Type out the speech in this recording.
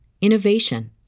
innovation